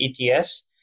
ETS